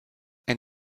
ein